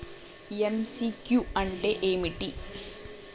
MCQ అంటే ఏమిటి?